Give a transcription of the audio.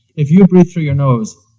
if you breathe through your nose.